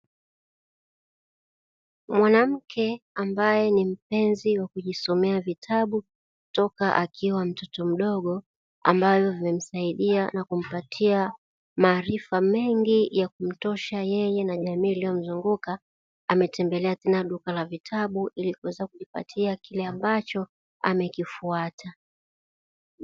Mwanamke, ambaye ni mpenzi wa kujisomea vitabu toka akiwa mtoto mdogo, ambavyo vimemsaidia na kumpa maarifa mengi ya kumtosha yeye na jamii iliyomzunguka, ametembelea tena duka la vitabu ili kuweza kujipatia kile ambacho amekifuata.